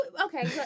Okay